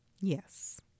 Yes